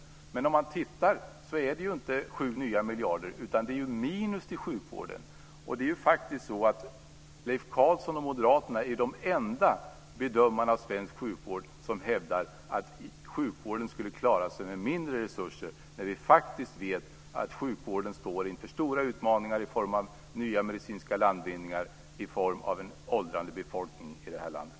Men det är ju inte 7 nya miljarder, utan det är ett minus till sjukvården. Det är faktiskt så att Leif Carlson och Moderaterna är de enda bedömare av svensk sjukvård som hävdar att sjukvården skulle klara sig med mindre resurser, när vi faktiskt vet att sjukvården står inför stora utmaningar i form av nya medicinska landvinningar och i form av en åldrande befolkningen i det här landet.